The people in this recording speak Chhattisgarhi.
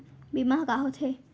बीमा ह का होथे?